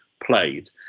played